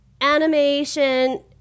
animation